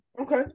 Okay